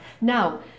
Now